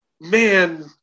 Man